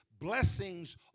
blessings